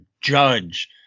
Judge